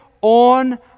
on